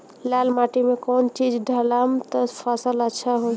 लाल माटी मे कौन चिज ढालाम त फासल अच्छा होई?